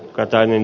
katainen